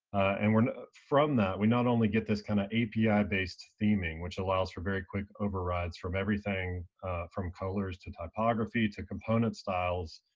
and ah from that, we not only get this kind of api-based theming which allows for very quick overrides from everything from colors to typography to component styles.